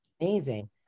amazing